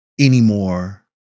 anymore